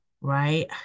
right